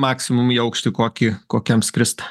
maksimum į aukštį kokį kokiam skrist